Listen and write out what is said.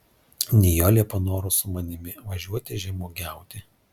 nijolė panoro su manimi važiuoti žemuogiauti